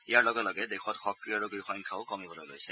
ইয়াৰ লগে লগে দেশত সক্ৰিয় ৰোগীৰ সংখ্যাও কমিবলৈ লৈছে